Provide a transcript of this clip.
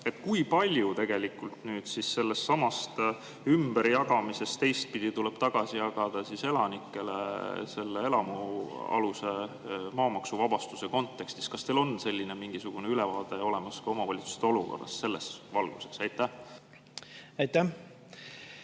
Kui palju tegelikult sellestsamast ümberjagamisest teistpidi tuleb tagasi jagada elanikele selle elamualuse maa maksuvabastuse kontekstis? Kas teil on mingisugune ülevaade olemas omavalitsuste olukorrast selles valguses? Aitäh!